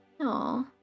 Aw